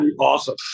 Awesome